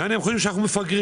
יעני הם חושבים שאנחנו מפגרים,